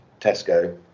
Tesco